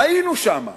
היינו שם.